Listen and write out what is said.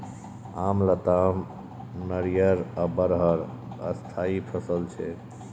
आम, लताम, नारियर आ बरहर स्थायी फसल छै